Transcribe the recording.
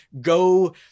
go